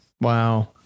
Wow